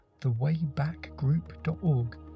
thewaybackgroup.org